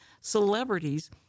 celebrities